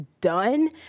done